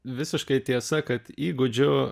visiškai tiesa kad įgūdžių